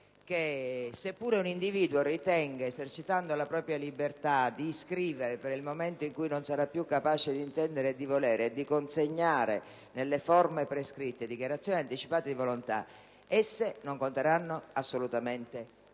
che seppure un individuo ritenga, esercitando la propria libertà, di scrivere, per il momento in cui non sarà più capace di intendere e di volere, e di consegnare nelle forme prescritte le dichiarazioni anticipate di volontà, tali dichiarazioni non conteranno assolutamente nulla.